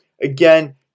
again